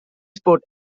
sport